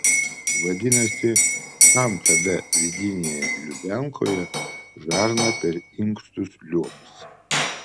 vadinasi kam tada vidinėje lubiankoje žarna per inkstus liuobs